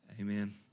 Amen